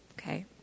okay